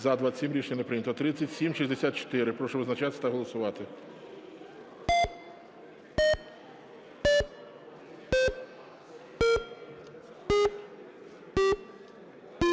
За-27 Рішення не прийнято. 3765. Прошу визначатися та голосувати.